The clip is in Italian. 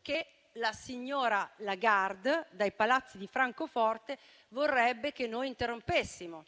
che la signora Lagarde, dai palazzi di Francoforte, vorrebbe che noi interrompessimo,